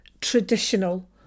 traditional